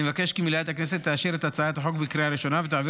אני מבקש כי מליאת הכנסת תאשר את הצעת החוק בקריאה ראשונה ותעביר